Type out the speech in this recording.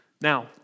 Now